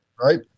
Right